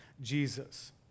Jesus